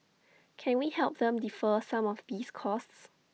can we help them defer some of these costs